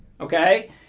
Okay